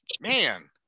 man